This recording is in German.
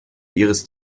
ihres